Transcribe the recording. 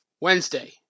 Wednesday